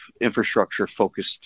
infrastructure-focused